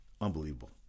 Unbelievable